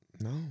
No